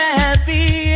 happy